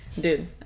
Dude